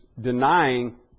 denying